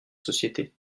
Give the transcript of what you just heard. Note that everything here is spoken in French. sociétés